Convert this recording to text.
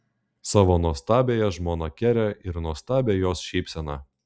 savo nuostabiąją žmoną kerę ir nuostabią jos šypseną